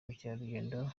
ubukerarugendo